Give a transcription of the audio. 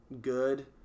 good